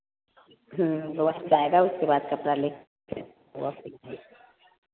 वही से आएगा उसके बाद कपड़ा ले कर